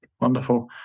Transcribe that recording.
Wonderful